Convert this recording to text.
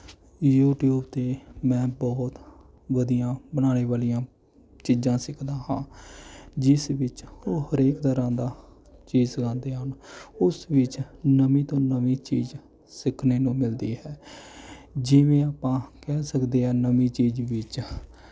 YouTube 'ਤੇ ਮੈਂ ਬਹੁਤ ਵਧੀਆ ਬਣਾਉਣ ਵਾਲੀਆਂ ਚੀਜ਼ਾਂ ਸਿੱਖਦਾ ਹਾਂ ਜਿਸ ਵਿੱਚ ਉਹ ਹਰੇਕ ਤਰ੍ਹਾਂ ਦਾ ਚੀਜ਼ ਸਿਖਾਉਂਦੇ ਹਨ ਉਸ ਵਿੱਚ ਨਵੀਂ ਤੋਂ ਨਵੀਂ ਚੀਜ਼ ਸਿੱਖਣ ਨੂੰ ਮਿਲਦੀ ਹੈ ਜਿਵੇਂ ਆਪਾਂ ਕਹਿ ਸਕਦੇ ਹਾਂ ਨਵੀਂ ਚੀਜ਼ ਵਿੱਚ